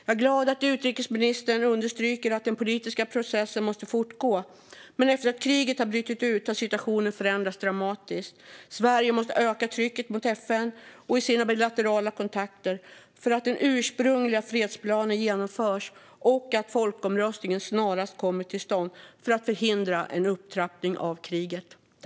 Jag är glad att utrikesministern understryker att den politiska processen måste fortgå, men efter att kriget brutit ut har situationen förändrats dramatiskt. Sverige måste öka trycket mot FN och i sina bilaterala kontakter för att den ursprungliga fredsplanen ska genomföras och folkomröstningen snarast komma till stånd för att förhindra en upptrappning av kriget.